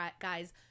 guys